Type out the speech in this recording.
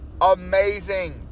amazing